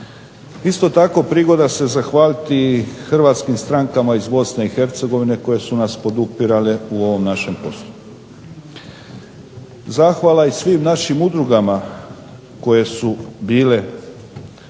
Isto tako prigoda se zahvaliti Hrvatskim strankama iz Bosne i Hercegovine koje su nas podupirale u ovom našem poslu. zahvala i svim našim udrugama koje su bile